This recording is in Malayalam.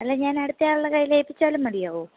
അല്ലെൽ ഞാൻ അടുത്ത ആളുടെ കൈയിൽ ഏൽപ്പിച്ചാലും മതിയോ